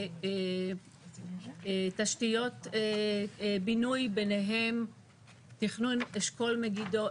בתשתיות בינוי ביניהן תכנון אשכול מגידו.